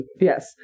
yes